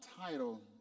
title